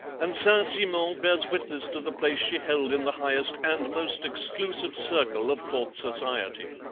and saint-simon bears witness to the place she held in the highest and most exclusive circle of court society.